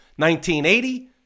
1980